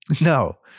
No